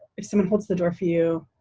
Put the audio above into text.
if someone holds the door for you,